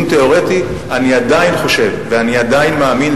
אני עדיין חושב ואני עדיין מאמין,